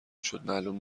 شد، معلوم